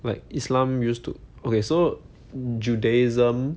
like islam used to okay so judaism